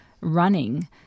running